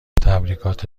تبریکات